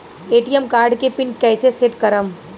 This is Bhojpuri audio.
ए.टी.एम कार्ड के पिन कैसे सेट करम?